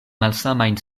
malsamajn